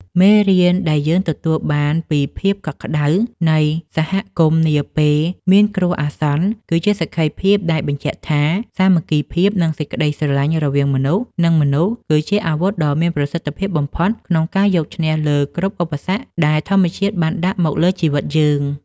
មេរៀនដែលយើងទទួលបានពីភាពកក់ក្ដៅនៃសហគមន៍នាពេលមានគ្រោះអាសន្ន គឺជាសក្ខីភាពដែលបញ្ជាក់ថា សាមគ្គីភាព និងសេចក្តីស្រឡាញ់រវាងមនុស្ស និងមនុស្ស គឺជាអាវុធដ៏មានប្រសិទ្ធភាពបំផុតក្នុងការយកឈ្នះលើគ្រប់ឧបសគ្គដែលធម្មជាតិបានដាក់មកលើជីវិតយើង។